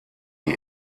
die